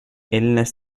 illness